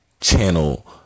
channel